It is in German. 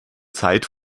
zeit